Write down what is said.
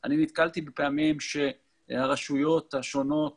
אני נתקלתי במקרים שהרשויות השונות